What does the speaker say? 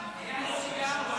בקריאה הראשונה,